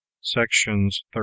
sections